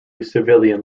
civilian